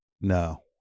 No